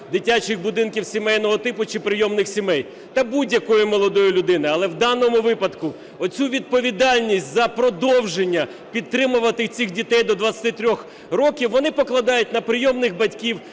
дитячих будинків сімейного типу чи прийомних сімей та будь-якої молодої людини. Але в даному випадку оцю відповідальність за продовження підтримувати цих дітей до 23 років, вони покладають на прийомних батьків